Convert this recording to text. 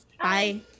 Bye